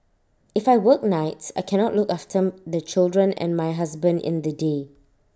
if I work nights I cannot look after the children and my husband in the day